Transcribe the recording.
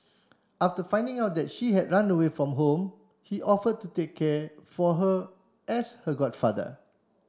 after finding out that she had run away from home he offered to take care for her as her godfather